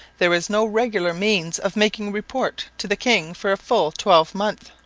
there was no regular means of making report to the king for a full twelvemonth.